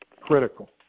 critical